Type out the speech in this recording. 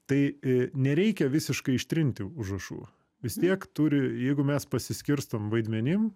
tai nereikia visiškai ištrinti užrašų vis tiek turi jeigu mes pasiskirstom vaidmenim